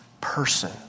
person